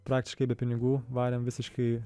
praktiškai be pinigų varėm visiškai